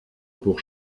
pour